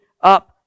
up